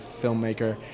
filmmaker